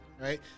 right